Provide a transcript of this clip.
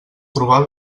trobar